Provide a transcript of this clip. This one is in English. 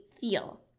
feel